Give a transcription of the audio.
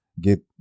get